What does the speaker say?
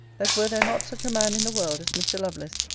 that were there not such a man in the world as mr. lovelace,